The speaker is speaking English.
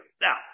Now